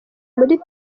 muri